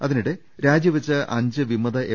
അതിനിടെ രാജിവെച്ച അഞ്ച് വിമത എം